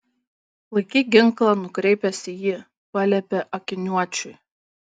laikyk ginklą nukreipęs į jį paliepė akiniuočiui